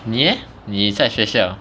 你 leh 你在学校